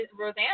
Roseanne